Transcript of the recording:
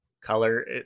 color